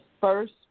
first